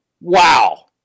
Wow